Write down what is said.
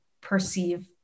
perceive